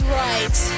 right